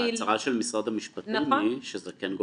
אבל ההצהרה של משרד המשפטים היא שזה כן גובר.